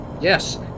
Yes